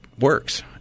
works